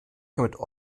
können